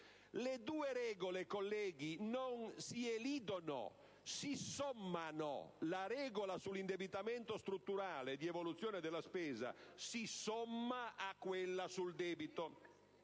le due regole non si elidono, ma si sommano. La regola sull'indebitamento strutturale e sulla evoluzione della spesa si somma a quella sul debito.